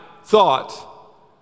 thought